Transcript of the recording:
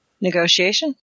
Negotiation